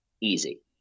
Easy